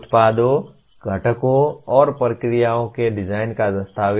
उत्पादों घटकों और प्रक्रियाओं के डिजाइन का दस्तावेज